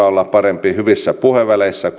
olla hyvissä puheväleissä